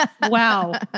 Wow